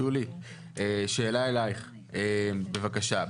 שולי, שאלה אליך בבקשה.